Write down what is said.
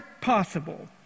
possible—